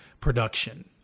production